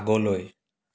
আগলৈ